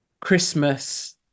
Christmas